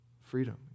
freedom